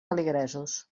feligresos